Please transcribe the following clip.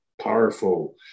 powerful